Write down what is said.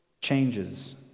changes